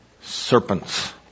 serpents